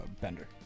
Bender